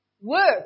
Work